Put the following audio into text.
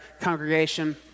congregation